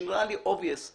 שזה נראה לי מובן מאליו.